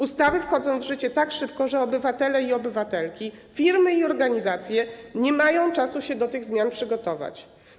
Ustawy wchodzą w życie tak szybko, że obywatele i obywatelki, firmy i organizacje nie mają czasu się do zmian przygotować.